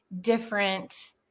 different